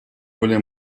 более